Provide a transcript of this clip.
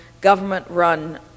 government-run